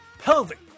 pelvic